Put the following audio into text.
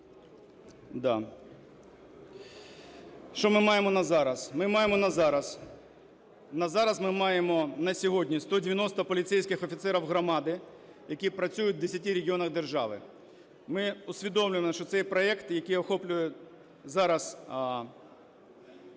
Що ми маємо на зараз? Ми маємо на зараз, на сьогодні 190 поліцейських офіцерів громади, які працюють в десяти регіонах держави. Ми усвідомлюємо, що цей проект, який охоплює зараз